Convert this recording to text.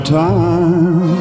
time